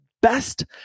best